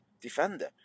defender